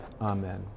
amen